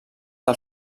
del